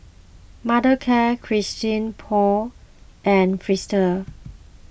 Mothercare Christian Paul and Fristine